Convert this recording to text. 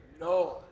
No